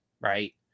right